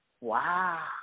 Wow